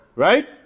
Right